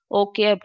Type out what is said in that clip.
okay